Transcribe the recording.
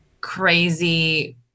crazy